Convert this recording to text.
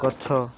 ଗଛ